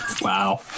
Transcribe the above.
Wow